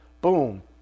Boom